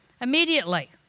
Immediately